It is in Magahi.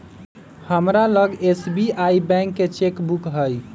हमरा लग एस.बी.आई बैंक के चेक बुक हइ